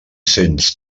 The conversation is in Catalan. cents